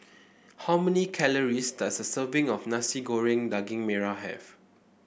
how many calories does a serving of Nasi Goreng Daging Merah have